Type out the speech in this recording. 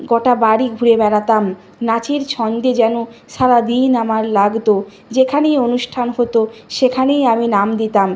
গোটা বাড়ি ঘুরে বেড়াতাম নাচের ছন্দে যেন সারাদিন আমার লাগত যেখানেই অনুষ্ঠান হতো সেখানেই আমি নাম দিতাম